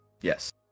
Yes